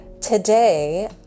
Today